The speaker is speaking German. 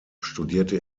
studierte